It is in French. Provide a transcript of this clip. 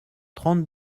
trente